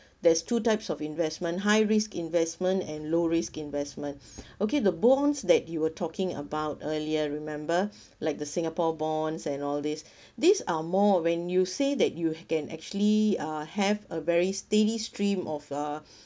there's two types of investment high risk investment and low risk investments okay the bonds that you were talking about earlier remember like the singapore bonds and all these these are more when you say that you can actually uh have a very steady stream of uh